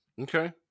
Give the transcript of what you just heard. Okay